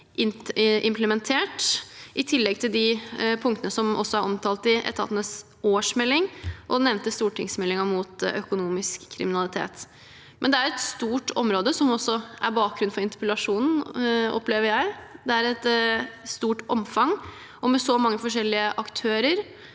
implementert, i tillegg til de punktene som også er omtalt i etatenes årsmelding og den nevnte stortingsmeldingen mot økonomisk kriminalitet. Det er et stort område som er bakgrunnen for interpellasjonen – opplever jeg – det er et stort omfang, og med så mange forskjellig aktører